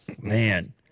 Man